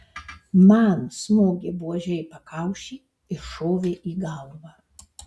man smogė buože į pakaušį iššovė į galvą